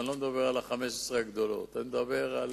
אני לא מדבר על 15 הגדולות, אני מדבר על